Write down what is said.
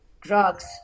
drugs